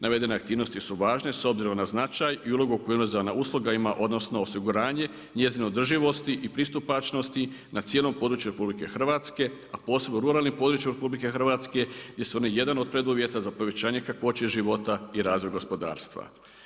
Navedene aktivnosti su važne s obzirom na značaj i ulogu koju obvezana usluga ima odnosno osiguranje, njezine održivosti i pristupačnosti na cijelom području RH a posebni u ruralnim područjima RH gdje su one jedan od preduvjeta za povećanje kakvoće života i razvoj gospodarstva.